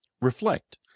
Reflect